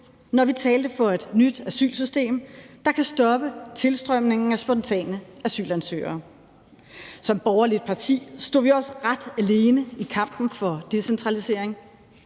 når vi talte for et nyt asylsystem, der kan stoppe tilstrømningen af spontane asylansøgere. Som borgerligt parti stod vi også ret alene i kampen for decentralisering.